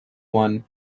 one